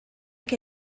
que